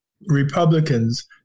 republicans